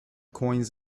coins